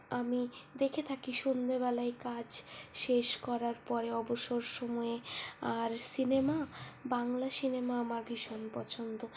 আমি দেখে থাকি সন্ধ্যেবেলায় কাজ শেষ করার পরে অবসর সময়ে আর সিনেমা বাংলা সিনেমা আমার ভীষণ পছন্দ